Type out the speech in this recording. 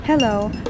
Hello